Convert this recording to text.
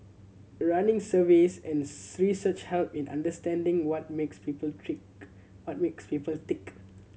running surveys and research help in understanding what makes people trick what makes people tick